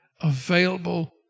available